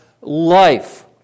life